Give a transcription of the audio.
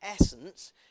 essence